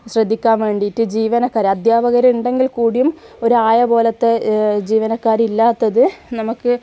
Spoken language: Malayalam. ശ്രദ്ധിക്കാൻ വേണ്ടിയിട്ട് ജീവനക്കാർ അധ്യാപകർ ഉണ്ടെങ്കിൽ കൂടിയും ഒരു ആയ പോലത്തെ ജീവനക്കാരില്ലാത്തത് നമുക്ക്